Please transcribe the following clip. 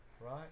right